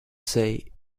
say